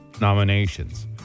nominations